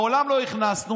מעולם לא הכנסנו.